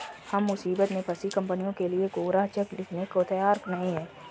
हम मुसीबत में फंसी कंपनियों के लिए कोरा चेक लिखने को तैयार नहीं हैं